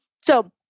So-